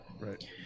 Right